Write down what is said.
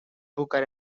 booker